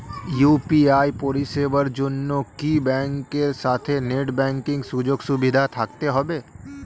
UPI পরিষেবার জন্য কি ব্যাংকের সাথে নেট ব্যাঙ্কিং সুযোগ সুবিধা থাকতে হবে?